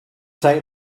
take